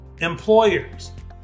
employers